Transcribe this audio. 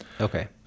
okay